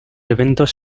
eventos